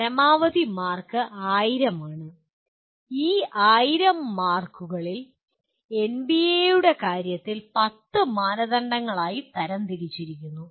പരമാവധി മാർക്ക് 1000 ആണ് ഈ 1000 മാർക്കുകളെ എൻബിഎയുടെ കാര്യത്തിൽ 10 മാനദണ്ഡങ്ങളായി തിരിച്ചിരിക്കുന്നു